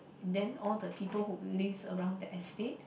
then all the people who lives around the estate